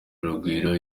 urugwiro